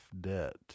debt